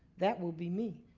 that will be me.